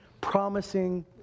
promising